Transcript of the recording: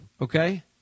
okay